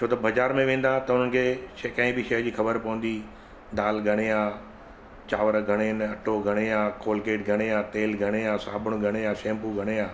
छो त बाज़ार में वेंदा त उन्हनि खे शइ कंहिं बि शइ जी ख़बर पवंदी दाल घणे आहे चांवर घणे आहिनि अटो घणे आहे कोलगेट घणे आहे तेलु घणे आहे साबुण घणे आहे शैंपू घणे आहे